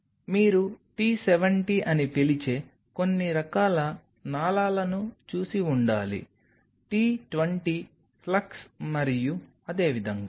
మీరు T 70 అని పిలిచే కొన్ని రకాల నాళాలను చూసి ఉండాలి T 20 ఫ్లక్స్ మరియు అదేవిధంగా